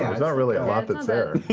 there's not really a lot that's there.